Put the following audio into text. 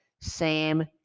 Sam